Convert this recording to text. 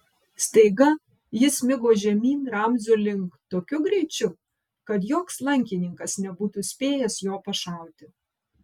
staiga jis smigo žemyn ramzio link tokiu greičiu kad joks lankininkas nebūtų spėjęs jo pašauti